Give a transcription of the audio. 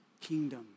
kingdom